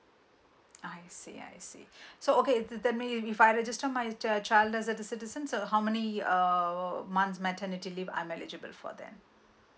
I see I see so okay that means if I I register my uh child as a citizen uh how many months maternity leave I'm eligible for there